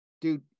dude